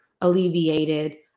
alleviated